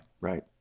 Right